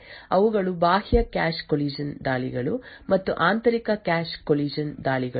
ಆದ್ದರಿಂದ ಮೂಲಭೂತವಾಗಿ ಎರಡು ರೀತಿಯ ಕ್ಯಾಶ್ ಕೊಲಿಷನ್ ದಾಳಿಗಳಿವೆ ಅವುಗಳು ಬಾಹ್ಯ ಕ್ಯಾಶ್ ಕೊಲಿಷನ್ ದಾಳಿಗಳು ಮತ್ತು ಆಂತರಿಕ ಕ್ಯಾಶ್ ಕೊಲಿಷನ್ ದಾಳಿಗಳು